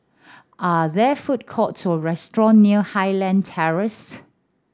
are there food courts or restaurant near Highland Terrace